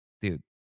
dude